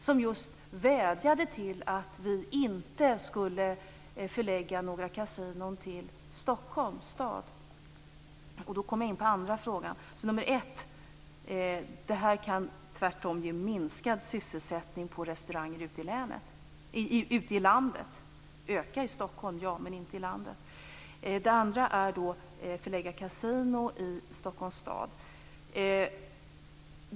Den vädjade om att vi inte skulle förlägga några kasinon till Stockholms stad. Det här kan alltså tvärtom ge minskad sysselsättning på restauranger ute i landet. Den kan öka i Stockholm ja, men inte i landet. Det andra är att förlägga kasinon till Stockholms stad.